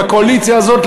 בקואליציה הזאת,